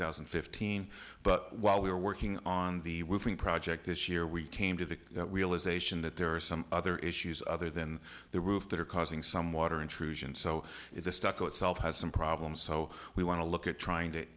thousand and fifteen but while we're working on the roofing project this year we came to the realization that there are some other issues other than the roof that are causing some water intrusion so if the stucco itself has some problems so we want to look at trying to